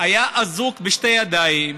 היה אזוק בשתי ידיים,